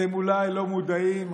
אתם אולי לא מודעים,